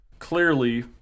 clearly